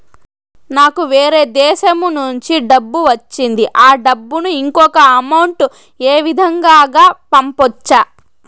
నాకు వేరే దేశము నుంచి డబ్బు వచ్చింది ఆ డబ్బును ఇంకొక అకౌంట్ ఏ విధంగా గ పంపొచ్చా?